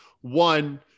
One